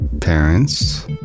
parents